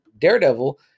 daredevil